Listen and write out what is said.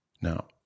Now